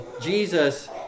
Jesus